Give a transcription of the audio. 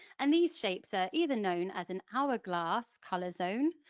and these shapes are either known as an hour-glass colour zone,